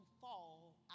fall